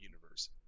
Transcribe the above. Universe